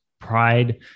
pride